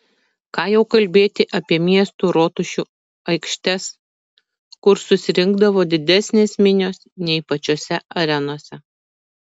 ką jau kalbėti apie miestų rotušių aikštes kur susirinkdavo didesnės minios nei pačiose arenose